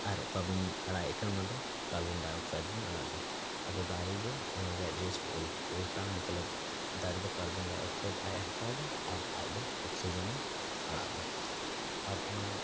ᱟᱨ ᱚᱠᱟ ᱵᱚᱱ ᱟᱲᱟᱜᱮ ᱠᱟᱱ ᱚᱱᱟ ᱫᱚ ᱠᱟᱨᱵᱚᱱᱰᱟᱭ ᱚᱠᱥᱟᱭᱤᱰ ᱵᱚᱱ ᱟᱲᱟᱜᱫᱟ ᱟᱫᱚ ᱫᱟᱨᱮ ᱫᱚ ᱚᱱᱟ ᱨᱮᱱᱟᱜ ᱡᱟᱥᱴ ᱩᱞᱴᱟ ᱢᱚᱛᱞᱚᱵ ᱫᱟᱨᱮ ᱫᱚ ᱠᱟᱨᱵᱚᱱᱰᱟᱭ ᱚᱠᱥᱟᱭᱤᱰ ᱟᱡ ᱮ ᱦᱟᱛᱟᱣᱫᱟ ᱟᱨ ᱟᱡ ᱫᱚ ᱚᱠᱥᱤᱡᱮᱱᱮ ᱟᱲᱟᱜ ᱮᱫᱟ ᱟᱨ ᱚᱱᱟ